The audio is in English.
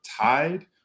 tied